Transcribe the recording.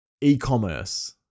e-commerce